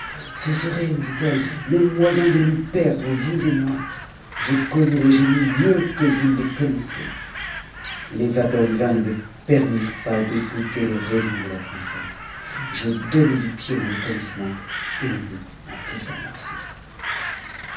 ce serait me dit-elle le moyen de nous perdre vous et moi je connais les génies mieux que vous ne les connaissez les vapeurs du vin ne me permirent pas de goûter les raisons de la princesse je donnai du pied dans le talisman et le mis en plusieurs morceaux